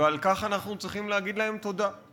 ועל כך אנחנו צריכים להגיד להם תודה,